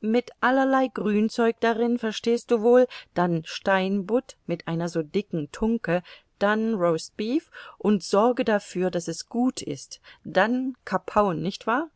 mit allerlei grünzeug darin verstehst du wohl dann steinbutt mit einer so dicken tunke dann roastbeef und sorge dafür daß es gut ist dann kapaun nicht wahr